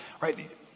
right